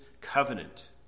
covenant